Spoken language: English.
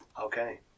Okay